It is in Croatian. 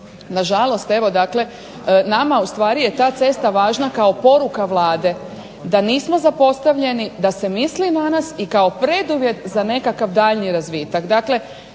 Nažalost, evo dakle nama ustvari je ta cesta važna kao poruka Vlade da nismo zapostavljeni, da se misli na nas i kao preduvjet za nekakav daljnji razvitak.